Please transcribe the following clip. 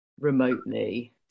remotely